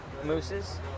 Moose's